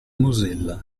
mozilla